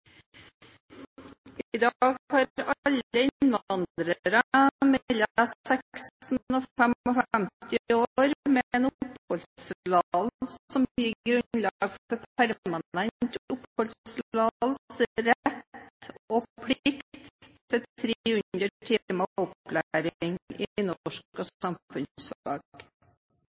dag har alle innvandrere mellom 16 og 55 år med en oppholdstillatelse som gir grunnlag for permanent oppholdstillatelse, rett og plikt til 300 timer opplæring i norsk og samfunnsfag,